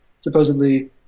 supposedly